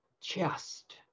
chest